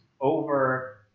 over